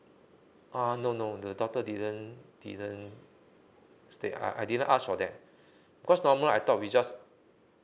err no no the doctor didn't didn't state I I didn't ask for that because normal I thought we just